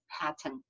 pattern